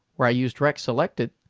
where i used rec selected,